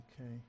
Okay